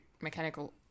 mechanical